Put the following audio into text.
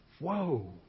whoa